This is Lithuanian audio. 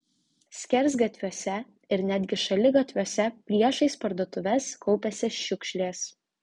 skersgatviuose ir netgi šaligatviuose priešais parduotuves kaupėsi šiukšlės